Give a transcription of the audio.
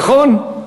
נכון?